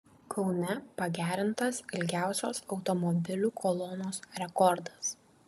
kaune pagerintas ilgiausios automobilių kolonos rekordas